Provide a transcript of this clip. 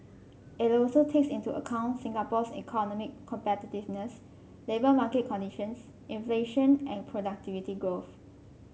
it also takes into account Singapore's economic competitiveness labour market conditions inflation and productivity growth